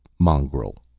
mongrel.